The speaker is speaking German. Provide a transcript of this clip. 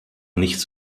nichts